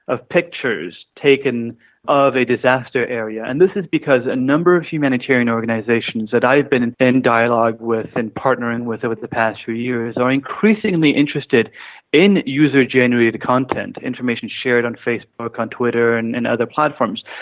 of pictures taken of a disaster area. and this is because a number of humanitarian organisations that i've been in in dialogue with and partnering with over the past few years are increasingly interested in user generated content, information shared on facebook, on twitter and and other platforms,